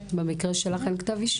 במקרה שלך אין כתב אישום?